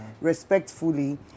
respectfully